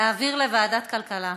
להעביר לוועדת הכלכלה.